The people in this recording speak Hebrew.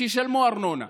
שישלמו ארנונה.